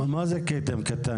מה זה כתם קטן?